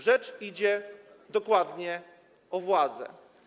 Rzecz idzie dokładnie o władzę.